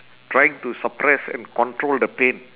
trying to suppress and control the pain